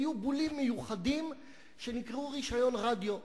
היו בולים מיוחדים שנקראו רשיון רדיו.